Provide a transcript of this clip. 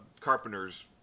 Carpenter's